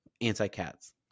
Anti-cats